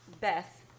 Beth